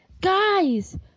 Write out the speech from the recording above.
guys